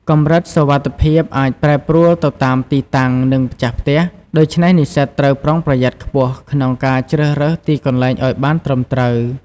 កម្រិតសុវត្ថិភាពអាចប្រែប្រួលទៅតាមទីតាំង និងម្ចាស់ផ្ទះ ដូច្នេះនិស្សិតត្រូវប្រុងប្រយ័ត្នខ្ពស់ក្នុងការជ្រើសរើសទីកន្លែងឱ្យបានត្រឹមត្រូវ។